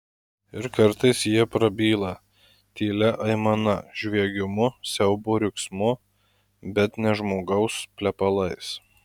ir kartais jie prabyla tylia aimana žviegimu siaubo riksmu bet ne žmogaus plepalais